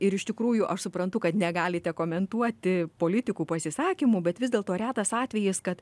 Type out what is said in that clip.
ir iš tikrųjų aš suprantu kad negalite komentuoti politikų pasisakymų bet vis dėlto retas atvejis kad